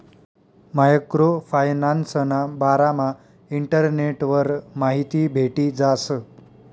micro फायनान्सना बारामा इंटरनेटवर माहिती भेटी जास